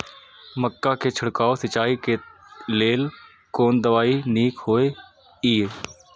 मक्का के छिड़काव सिंचाई के लेल कोन दवाई नीक होय इय?